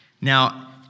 Now